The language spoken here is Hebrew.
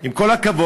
עם כל הכבוד,